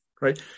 right